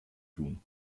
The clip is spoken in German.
tun